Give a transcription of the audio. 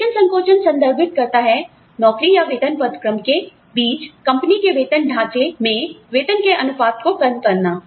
वेतन संकोचन संदर्भित करता है नौकरी या वेतन पद क्रम के बीच कंपनी के वेतन ढांचे में वेतन के अनुपात को कम करना